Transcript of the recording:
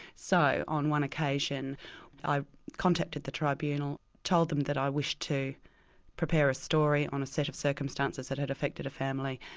so, on one occasion i contacted the tribunal, told them that i wished to prepare a story on a set of circumstances that had affected a family,